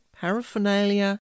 paraphernalia